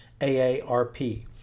AARP